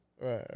Right